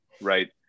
Right